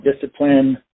discipline